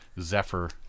Zephyr